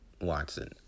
Watson